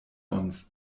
uns